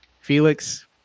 Felix